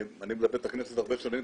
אני מלווה את הכנסת הרבה שנים,